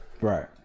Right